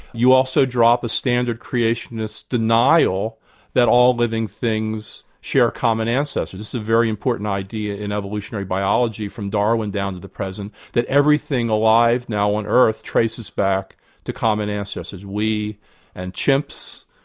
you also drop a standard creationist denial that all living things share common ancestors. this is a very important idea in evolutionary biology from darwin down to the present, that everything alive now on earth traces back to common ancestors. we and chimps,